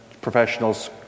Professionals